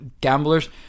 Gamblers